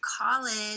college